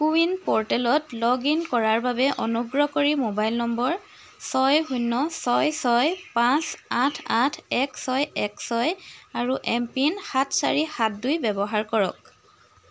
কো win প'ৰ্টেলত log in কৰাৰ বাবে অনুগ্ৰহ কৰি মোবাইল নম্বৰ ছয় শূন্য ছয় ছয় পাঁচ আঠ আঠ এক ছয় এক ছয় আৰু এমপিন সাত চাৰি সাত দুই ব্যৱহাৰ কৰক